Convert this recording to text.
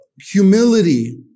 humility